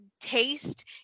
taste